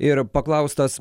ir paklaustas